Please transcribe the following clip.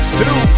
two